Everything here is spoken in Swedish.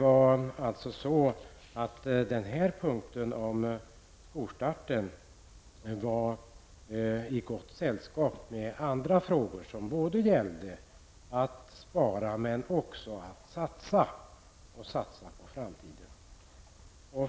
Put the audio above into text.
Punkten om skolstarten var alltså i gott sällskap med andra frågor som gällde att spara men också att satsa och att satsa på framtiden.